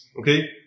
Okay